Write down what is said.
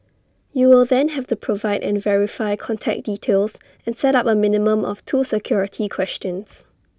you will then have to provide and verify contact details and set up A minimum of two security questions